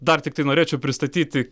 dar tiktai norėčiau pristatyti